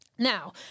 Now